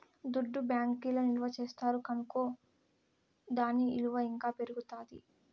దుడ్డు బ్యాంకీల్ల నిల్వ చేస్తారు కనుకో దాని ఇలువ ఇంకా పెరుగుతాది